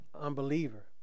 unbeliever